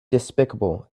despicable